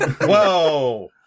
Whoa